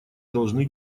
должны